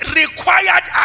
required